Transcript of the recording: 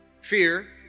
Fear